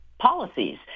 policies